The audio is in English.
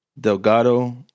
Delgado